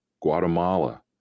Guatemala